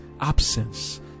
absence